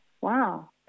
wow